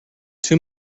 too